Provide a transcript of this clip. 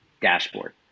dashboard